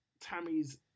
Tammy's